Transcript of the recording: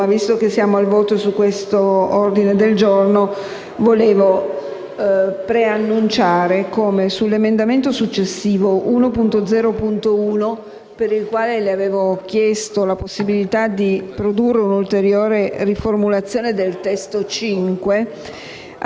Presidente, mi permetta di dire che su questo tema c'è stata una vera e propria tempesta in un bicchiere d'acqua, nel senso che